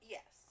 Yes